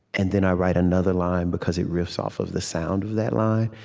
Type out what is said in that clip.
and then i write another line because it riffs off of the sound of that line,